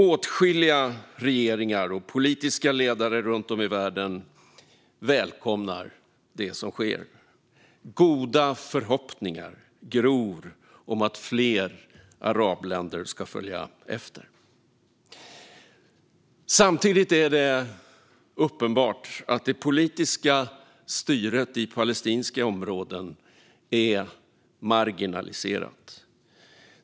Åtskilliga regeringar och politiska ledare runt om i världen välkomnar det som sker. Goda förhoppningar gror om att fler arabländer ska följa efter. Samtidigt är det uppenbart att det politiska styret i palestinska områden är marginaliserat.